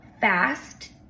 fast